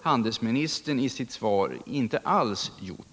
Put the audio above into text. handelsministern i sitt svar inte alls har gjort.